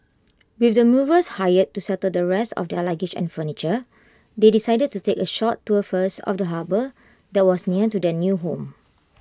with the movers hired to settle the rest of their luggage and furniture they decided to take A short tour first of the harbour that was near to their new home